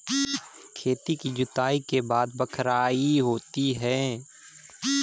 खेती की जुताई के बाद बख्राई होती हैं?